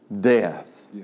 death